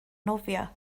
nofio